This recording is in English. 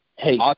Hey